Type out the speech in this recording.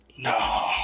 No